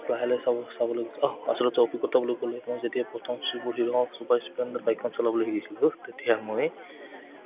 লাহে লাহে চাব চাবলৈ গ' অহ আচলতে অভিজ্ঞতা বুলি ক'লে মই যেতিয়া প্ৰথম ছুপাৰ হিৰ' ছুপাৰ স্প্লেণ্ডাৰ বাইকখন চলাবলৈ শিকিছিলোঁ তেতিয়া মই